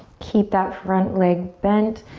keep that front leg bent.